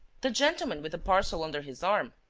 the gentleman with a parcel under his arm.